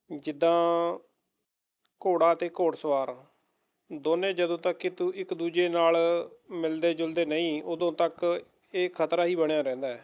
ਜਿੱਦਾਂ ਘੋੜਾ ਅਤੇ ਘੋੜ ਸਵਾਰ ਦੋਨੇ ਜਦੋਂ ਤੱਕ ਤੂ ਇੱਕ ਦੂਜੇ ਨਾਲ ਮਿਲਦੇ ਜੁਲਦੇ ਨਹੀਂ ਉਦੋਂ ਤੱਕ ਇਹ ਖਤਰਾ ਹੀ ਬਣਿਆ ਰਹਿੰਦਾ